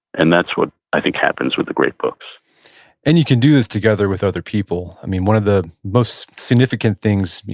and that's what i think happens with the great books and you can do this together with other people. i mean, one of the most significant things,